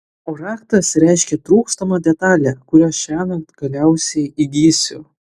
o raktas reiškia trūkstamą detalę kurią šiąnakt galiausiai įgysiu